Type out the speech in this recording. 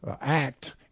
act